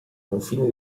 confini